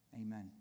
amen